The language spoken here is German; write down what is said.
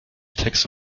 text